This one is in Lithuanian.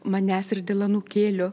manęs ir dėl anūkėlio